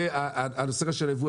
והדבר השלישי,